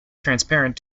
transparent